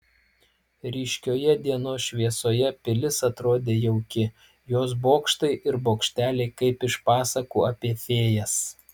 ryškioje dienos šviesoje pilis atrodė jauki jos bokštai ir bokšteliai kaip iš pasakų apie fėjas